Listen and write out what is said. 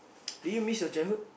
do you miss your childhood